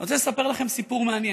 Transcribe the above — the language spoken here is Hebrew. אני רוצה לספר לכם סיפור מעניין.